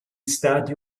stati